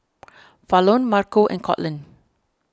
Falon Marco and Courtland